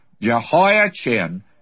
Jehoiachin